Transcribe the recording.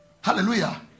Hallelujah